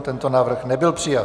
Tento návrh nebyl přijat.